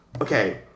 okay